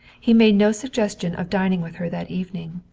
he made no suggestion of dining with her that evening.